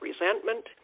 resentment